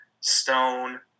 Stone